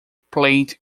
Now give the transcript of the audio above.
played